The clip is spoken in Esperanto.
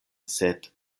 sed